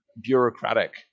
bureaucratic